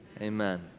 Amen